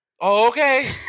okay